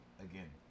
Again